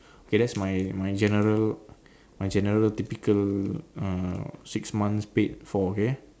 K that's my my general my general typical uh six months paid for okay